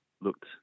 looked